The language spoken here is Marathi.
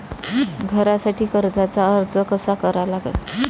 घरासाठी कर्जाचा अर्ज कसा करा लागन?